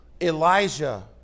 Elijah